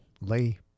lay